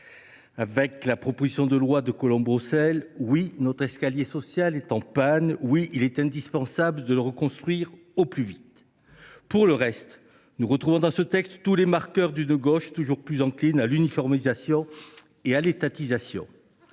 cette proposition de loi : oui, notre escalier social est en panne ; oui, il est indispensable de le reconstruire au plus vite. Pour le reste, nous retrouvons dans ce texte tous les marqueurs d’une gauche toujours plus encline à l’uniformisation et à l’étatisation.